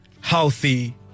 healthy